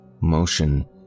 motion